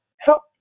help